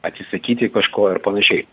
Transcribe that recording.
atsisakyti kažko ir panašiai